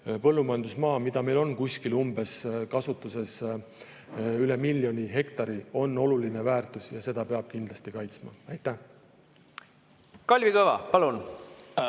põllumajandusmaa, mida meil on kasutuses üle miljoni hektari, on oluline väärtus ja seda peab kindlasti kaitsma. Kalvi Kõva, palun!